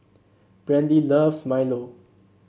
Brandie loves Milo